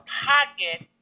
pocket